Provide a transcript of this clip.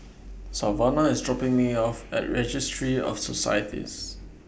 Savannah IS dropping Me off At Registry of Societies